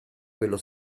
quello